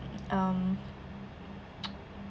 um